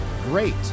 Great